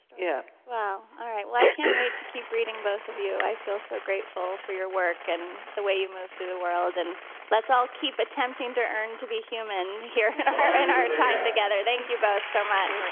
yeah wow. all right, well i can't wait to keep reading both of you. i feel so grateful for your work and the way that you move through the world, and let's all keep attempting to earn to be human here in our time together. thank you both so much.